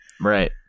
Right